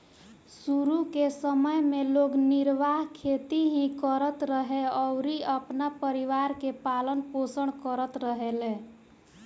शुरू के समय में लोग निर्वाह खेती ही करत रहे अउरी अपना परिवार के पालन पोषण करत रहले